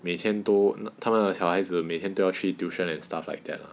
每天都他们的小孩子每天都要去 tuition and stuff like that lah